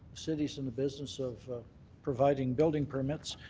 cities in the business of providing building permits.